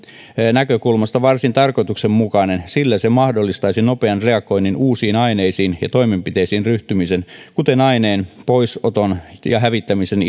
näkökulmasta varsin tarkoituksenmukainen sillä se mahdollistaisi nopean reagoinnin uusiin aineisiin ja toimenpiteisiin ryhtymisen kuten aineen pois oton ja hävittämisen